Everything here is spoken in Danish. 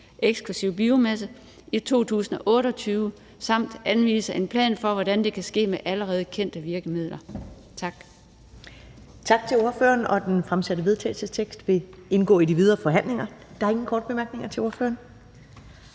(ekskl. biomasse) i 2028, samt anvise en plan for, hvordan dette skal ske med allerede kendte virkemidler.«